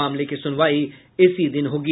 मामले की सुनवाई इसी दिन होगी